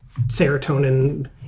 serotonin